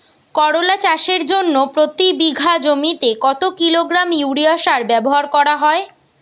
করলা চাষের জন্য প্রতি বিঘা জমিতে কত কিলোগ্রাম ইউরিয়া সার ব্যবহার করা হয়?